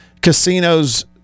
casino's